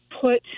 put